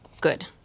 Good